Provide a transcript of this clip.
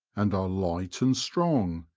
and are light and strong,